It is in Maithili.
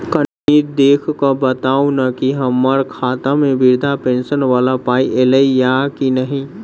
कनि देख कऽ बताऊ न की हम्मर खाता मे वृद्धा पेंशन वला पाई ऐलई आ की नहि?